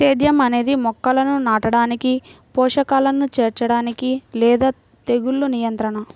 సేద్యం అనేది మొక్కలను నాటడానికి, పోషకాలను చేర్చడానికి లేదా తెగులు నియంత్రణ